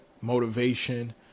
motivation